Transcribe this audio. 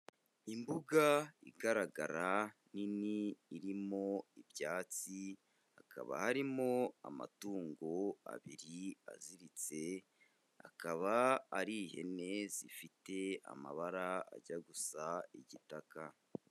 Imbuga igaragara nini irimo ibyatsi, hakaba harimo amatungo abiri aziritse akaba ari ihene zifite amabara ajya gusa igitaka.